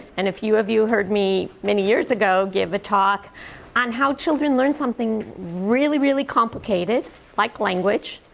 and a few of you heard me many years ago give a talk on how children learn something really, really complicated like language.